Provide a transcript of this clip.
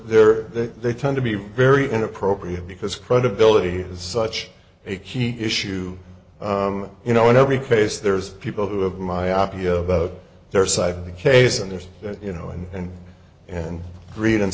they're there they tend to be very inappropriate because credibility is such a key issue you know in every case there's people who have my apia their side of the case and there's you know and and and greed and